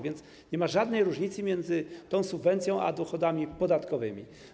Więc nie ma żadnej różnicy między tą subwencją a dochodami podatkowymi.